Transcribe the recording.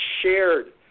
shared